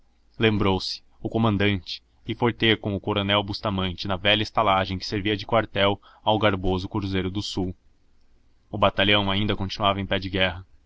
lembrou-se o comandante e foi ter com o coronel bustamante na velha estalagem que servia de quartel ao garboso cruzeiro do sul o batalhão ainda continuava em pé de guerra